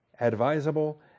advisable